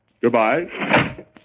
Goodbye